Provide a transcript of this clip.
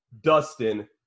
Dustin